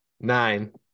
nine